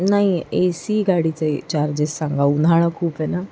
नाही A C गाडीचे charges सांगा उन्हाळा खूप आहे ना